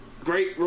great